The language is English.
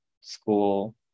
school